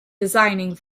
designing